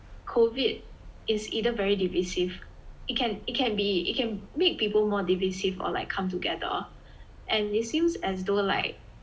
COVID is either very divisive it can it can be it can make people more divisive or like come together and it seems as though like